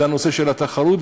הנושא של התחרות,